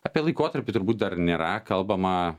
apie laikotarpį turbūt dar nėra kalbama